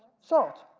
salt.